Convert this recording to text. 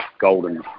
golden